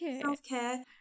self-care